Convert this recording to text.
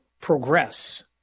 progress